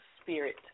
spirit